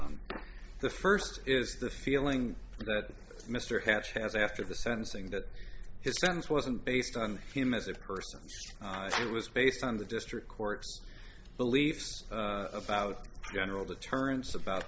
to the first is the feeling that mr hatch has after the sentencing that his son's wasn't based on him as a person it was based on the district court beliefs about general deterrence about